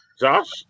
Josh